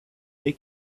they